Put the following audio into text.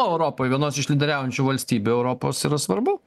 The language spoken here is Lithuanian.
europoj vienos iš lyderiaujančių valstybių europos yra svarbu